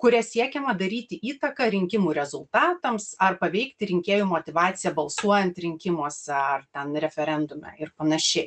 kuria siekiama daryti įtaką rinkimų rezultatams ar paveikti rinkėjų motyvaciją balsuojant rinkimuose ar ten referendume ir panašiai